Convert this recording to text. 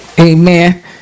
Amen